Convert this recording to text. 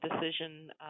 decision